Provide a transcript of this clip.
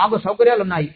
మాకు సౌకర్యాలు ఉన్నాయి